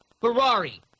Ferrari